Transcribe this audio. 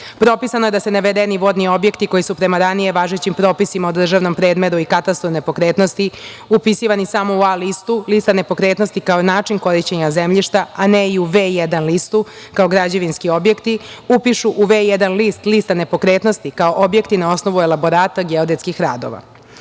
Propisano je da se navedeni vodni objekti koji su prema ranije važećim propisima o državnom premeru i katastru nepokretnosti upisivani samo u A listu, lista nepokretnosti kao način korišćenja zemljišta, ali ne i u V1 listu kao građevinski objekti, upišu u V1 list, lista nepokretnosti kao objekti na osnovu elaborata geodetskih radova. Ovim